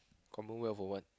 commonwealth of what